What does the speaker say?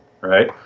right